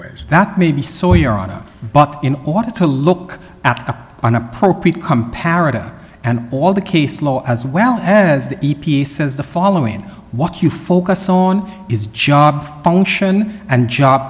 ways that maybe sawyer on out but in ought to look at an appropriate comparative and all the case law as well as the e p a says the following what you focus on is job function and job